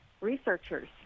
researchers